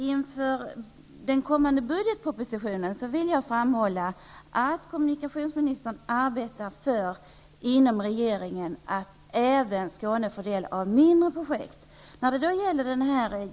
Inför den kommande kompletteringspropositionen vill jag framhålla att kommunikationsministern inom regeringen arbetar för att även Skåne får del av mindre projekt.